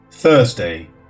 thursday